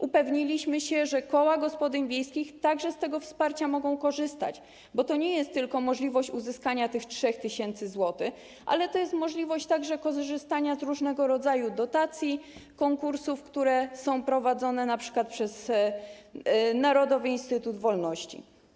Upewniliśmy się, że koła gospodyń wiejskich także mogą z tego wsparcia korzystać, bo to nie jest tylko możliwość uzyskania tych 3 tys. zł, ale to jest także możliwość korzystania z różnego rodzaju dotacji, konkursów, które są prowadzone np. przez Narodowy Instytut Wolności.